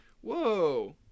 Whoa